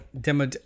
Demo